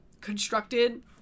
constructed